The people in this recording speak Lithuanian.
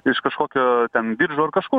iš kažkokio ten biržų ar kažkur